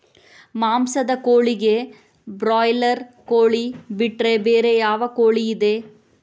ಮಾಂಸದ ಕೋಳಿಗೆ ಬ್ರಾಲರ್ ಕೋಳಿ ಬಿಟ್ರೆ ಬೇರೆ ಯಾವ ಕೋಳಿಯಿದೆ?